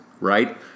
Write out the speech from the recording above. right